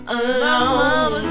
alone